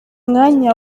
mwanya